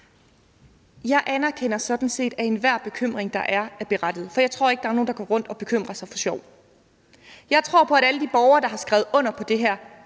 Jeg anerkender sådan set, at enhver bekymring, der er, er berettiget, for jeg tror ikke, der er nogen, der går rundt og bekymrer sig for sjov. Jeg tror på, at alle de borgere, der har skrevet under på det her,